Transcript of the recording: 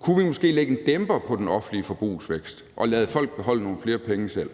Kunne vi måske lægge en dæmper på den offentlige forbrugsvækst og lade folk beholde nogle flere penge selv?